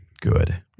Good